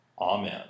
Amen